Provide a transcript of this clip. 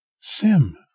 Sim